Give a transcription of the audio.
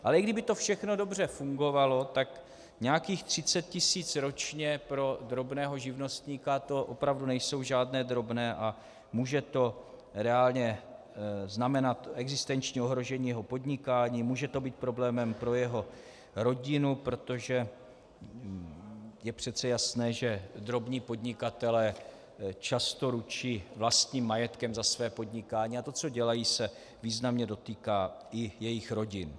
Ale i kdyby to všechno dobře fungovalo, tak nějakých 30 tisíc ročně pro drobného živnostníka, to opravdu nejsou žádné drobné a může to reálně znamenat existenční ohrožení jeho podnikání, může to být problémem pro jeho rodinu, protože je přece jasné, že drobní podnikatelé často ručí vlastním majetkem za své podnikání a to, co dělají, se významně dotýká i jejich rodin.